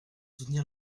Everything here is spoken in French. soutenir